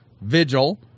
vigil